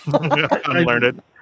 unlearned